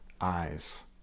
eyes